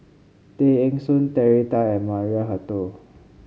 Tay Eng Soon Terry Tan and Maria Hertogh